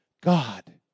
God